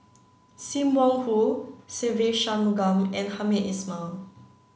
Sim Wong Hoo Se Ve Shanmugam and Hamed Ismail